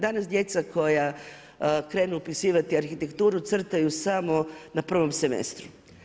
Danas djeca koja krenu upisivati arhitekturu, crtaju samo na I. semestru.